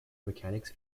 mechanics